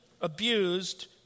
abused